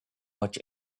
much